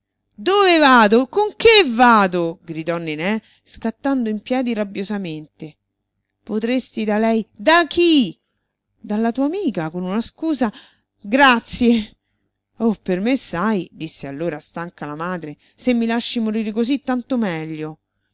dove vado con che vado gridò nené scattando in piedi rabbiosamente potresti da lei da chi dalla tua amica con una scusa grazie oh per me sai disse allora stanca la madre se mi lasci morire così tanto meglio